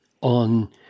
on